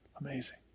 Amazing